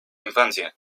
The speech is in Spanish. infancia